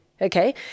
Okay